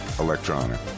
Electronic